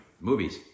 movies